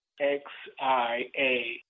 X-I-A